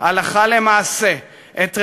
הלכה למעשה את רצונו,